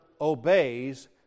obeys